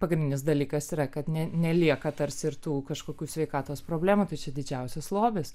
pagrindinis dalykas yra kad ne nelieka tarsi ir tų kažkokių sveikatos problemų tai čia didžiausias lobis